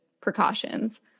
precautions